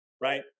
right